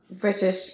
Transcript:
british